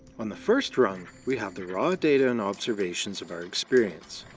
on the first rung, we have the raw data and observations of our experience.